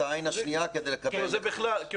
העין השנייה כדי לקבל --- כאילו אתה אומר